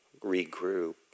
regroup